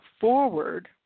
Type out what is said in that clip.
forward